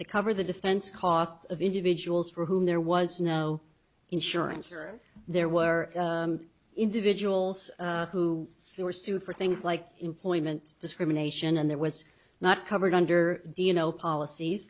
to cover the defense costs of individuals for whom there was no insurance or there were individuals who were sued for things like employment discrimination and that was not covered under dno policies